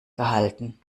gehalten